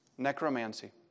Necromancy